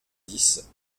dix